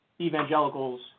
evangelicals